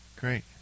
great